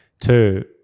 two